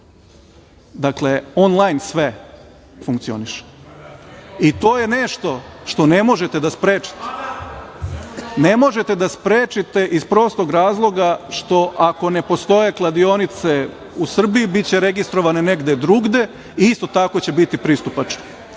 Dakle, on-lajn sve funkcioniše i to je nešto što ne možete da sprečite. Ne možete da sprečite iz prostog razloga što će, ako ne postoje kladionice u Srbiji, biti registrovane negde drugde i isto tako će biti pristupačne.